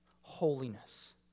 Holiness